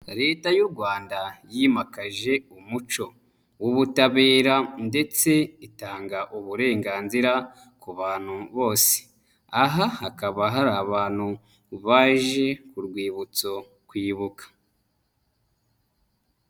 Leta y'u Rwanda yimakaje umuco w'ubutabera ndetse itanga uburenganzira ku bantu bose. Aha hakaba hari abantu baje ku rwibutso kwibuka.